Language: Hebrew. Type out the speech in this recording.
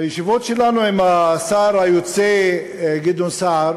בישיבות שלנו עם השר היוצא גדעון סער